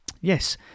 yes